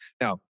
Now